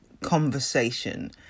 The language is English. conversation